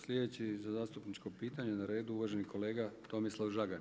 Sljedeći za zastupničko pitanje na redu uvaženi kolega Tomislav Žagar.